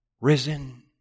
risen